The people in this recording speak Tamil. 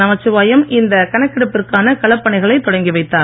நமச்சிவாயம் இந்த கணக்கெடுப்பிற்கான களப் பணிகளை தொடங்கி வைத்தார்